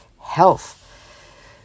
health